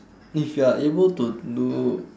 if you're able to do